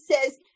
says